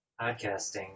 podcasting